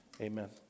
Amen